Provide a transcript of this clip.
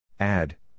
Add